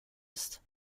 ist